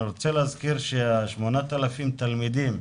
אני רוצה להזכיר שה-8,000 תלמידים,